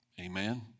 Amen